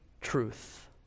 truth